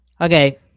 Okay